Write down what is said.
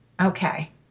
Okay